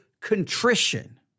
contrition